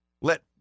let